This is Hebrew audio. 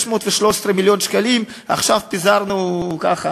613 מיליון שקלים עכשיו פיזרנו ככה,